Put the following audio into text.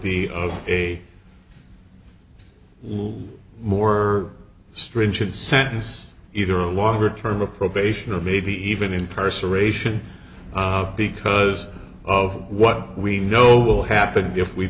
be a little more stringent sentence either a longer term of probation or maybe even in person ration because of what we know will happen if we